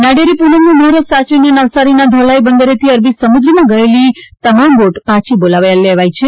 નાળિયેરી પૂનમનું મુહુરત સાચવીને નવસારીના ધોલાઈ બંદરેથી અરબી સમુદ્રમાં ગયેલી તમામ બોટ પાછી બોલાવી લેવાઈ છે